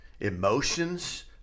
emotions